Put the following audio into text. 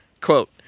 quote